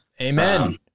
Amen